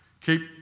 Keep